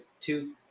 two